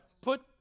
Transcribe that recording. Put